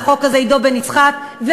עידו בן-יצחק שעבד על החוק הזה,